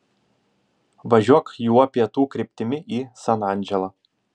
važiuok juo pietų kryptimi į san andželą